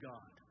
God